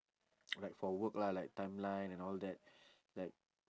like for work lah like timeline and all that like